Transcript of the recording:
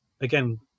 again